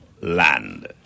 land